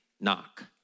Knock